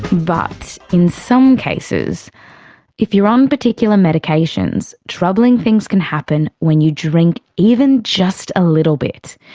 but in some cases if you are on particular medications, troubling things can happen when you drink even just a little bit.